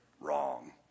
wrong